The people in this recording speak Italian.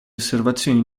osservazioni